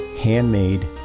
Handmade